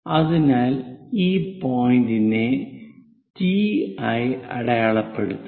അതിനാൽ ഈ പോയിന്റിനെ ടി ആയി അടയാളപ്പെടുത്തുക